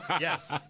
Yes